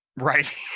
right